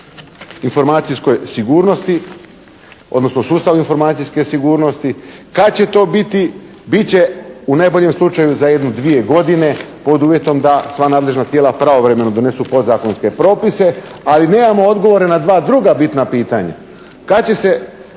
informacijskoj sigurnosti odnosno sustavu informacijske sigurnosti. Kad će to biti, bit će u najboljem slučaju za jedno dvije godine pod uvjetom da sva nadležna tijela pravovremeno donesu podzakonske propise. Ali nemamo odgovore na dva druga bitna pitanja, kad će se